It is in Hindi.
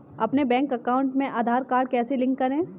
अपने बैंक अकाउंट में आधार कार्ड कैसे लिंक करें?